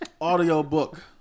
Audiobook